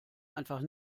einfach